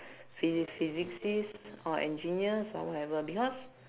phy~ physicist or engineers or whatever because